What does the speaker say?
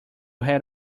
head